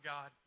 God